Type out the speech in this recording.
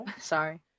Sorry